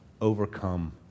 overcome